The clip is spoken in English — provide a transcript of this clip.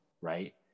Right